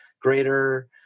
greater